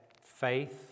faith